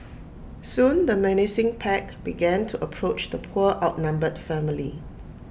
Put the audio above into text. soon the menacing pack began to approach the poor outnumbered family